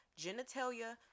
genitalia